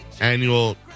Annual